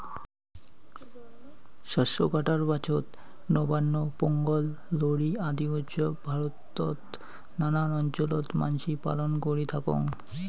শস্য কাটার পাছত নবান্ন, পোঙ্গল, লোরী আদি উৎসব ভারতত নানান অঞ্চলত মানসি পালন করি থাকং